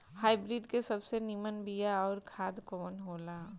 Hybrid के सबसे नीमन बीया अउर खाद कवन हो ला?